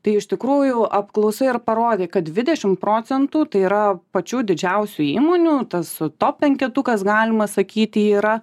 tai iš tikrųjų apklausa parodė kad dvidešimt procentų tai yra pačių didžiausių įmonių tas top penketukas galima sakyti yra